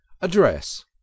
Address